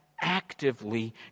actively